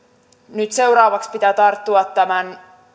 nyt seuraavaksi pitää tarttua tämän